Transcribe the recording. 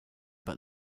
but